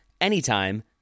anytime